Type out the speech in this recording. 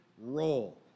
role